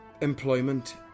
employment